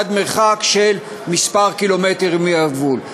עד מרחק של כמה קילומטרים מהגבול.